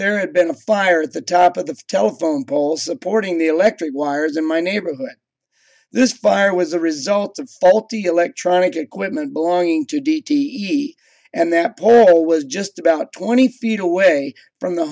had been a fire at the top of the telephone pole supporting the electric wires in my neighborhood this fire was a result of faulty electronic equipment belonging to d t v and that pole was just about twenty feet away from the